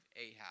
Ahab